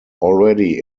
already